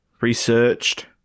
researched